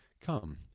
Come